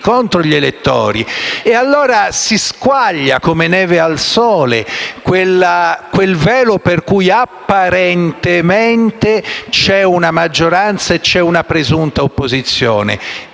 elettori, si squaglia come neve al sole quel velo per cui, apparentemente, ci sono una maggioranza e una presunta opposizione